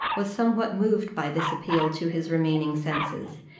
was somewhat moved by this appeal to his remaining senses,